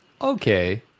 okay